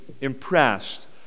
impressed